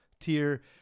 tier